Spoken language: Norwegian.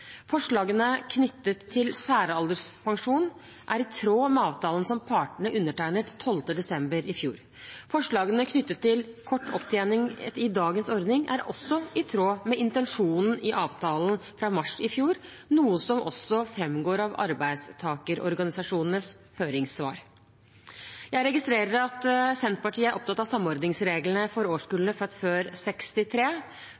Forslagene knyttet til særalderspensjon er i tråd med avtalen som partene undertegnet 12. desember i fjor. Forslagene knyttet til kort opptjening i dagens ordning er også i tråd med intensjonen i avtalen fra mars i fjor, noe som også framgår av arbeidstakerorganisasjonenes høringssvar. Jeg registrerer at Senterpartiet er opptatt av samordningsreglene for